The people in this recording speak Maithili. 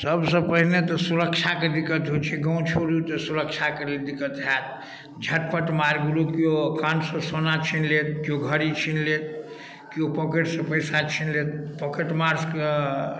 सबसऽ पहिने तऽ सुरक्षाके दिकत होइ छै गावँ छोड़ू तऽ सुरक्षाके लेल दिक्कत होयत झपटमार गुरू केओ कानसऽ सोना छीन लेत केओ घड़ी छीन लेत केओ पोकेट सऽ पैसा छीन लेत पोकेटमार स कऽ